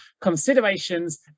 considerations